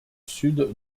sud